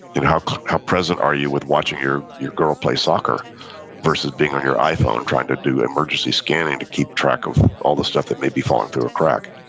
you know how how present are you with watching your your girl play soccer versus being on your iphone trying to do emergency scanning to keep track of all the stuff that may be falling through a crack?